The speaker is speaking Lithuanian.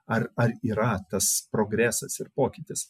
ar ar yra tas progresas ir pokytis